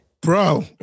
Bro